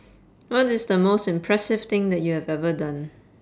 what is the most impressive thing that you have ever done